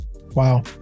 Wow